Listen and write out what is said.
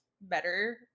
better